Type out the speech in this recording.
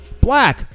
black